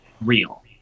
real